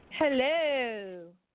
Hello